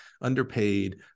underpaid